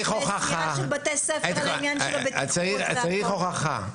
צריך הוכחה.